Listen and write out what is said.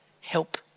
help